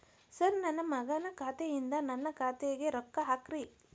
sir ನನ್ನ ಮಗನ ಖಾತೆ ಯಿಂದ ನನ್ನ ಖಾತೆಗ ರೊಕ್ಕಾ ಹಾಕ್ರಿ